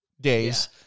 days